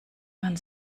man